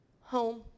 Home